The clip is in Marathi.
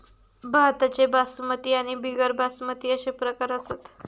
भाताचे बासमती आणि बिगर बासमती अशे प्रकार असत